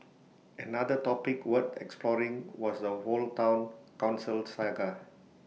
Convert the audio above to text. another topic worth exploring was the whole Town Council saga